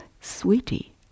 sweetie